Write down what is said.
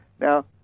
Now